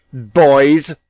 boys,